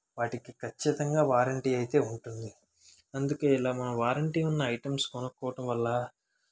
వాటికి ఖచ్చితంగా వారంటీ అయితే ఉంటుంది అందుకే ఇలా మనం వారంటీ ఉన్న ఐటమ్స్ కొనుక్కోవటం వల్ల